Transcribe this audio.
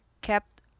kept